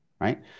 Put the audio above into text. right